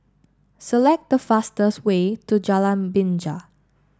select the fastest way to Jalan Binja